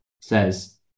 says